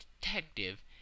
detective